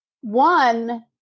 One